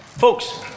Folks